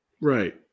Right